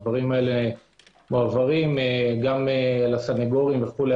הדברים הללו מועברים גם לסנגורים וכו'.